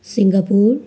Singapore